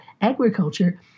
agriculture